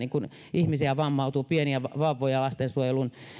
ihmisiä vammautuu pieniä vauvoja lastensuojelun